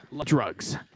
drugs